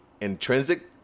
intrinsic